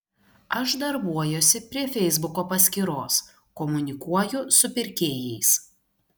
aš darbuojuosi prie feisbuko paskyros komunikuoju su pirkėjais